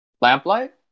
lamplight